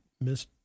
Miss